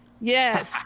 Yes